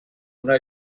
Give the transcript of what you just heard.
una